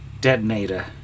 detonator